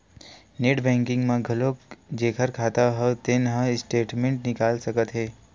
net banking म घलोक जेखर खाता हव तेन ह स्टेटमेंट निकाल सकत हे